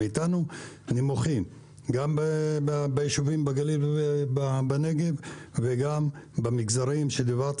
גם ביישובים בגליל ובנגב וגם במגזר החרדי